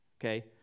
okay